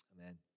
Amen